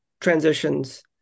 transitions